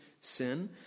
sin